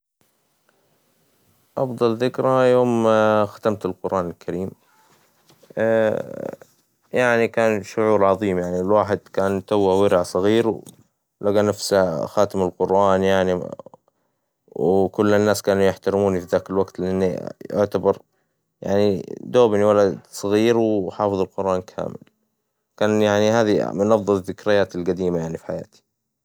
أفظل ذكرى يوم ختمت القرآن الكريم، كان شعور عظيم، الواحد كان توى ورع صغير لقى نفسه خاتم القرآن وكل الناس كانوا يحترموني في ذاك الوقت لأني أعتبر دوبني ولد صغير وحافظ القرآن كامل، كان هذي من أفظل ذكرياتي القديمة في حياتي.